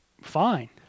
fine